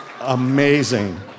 amazing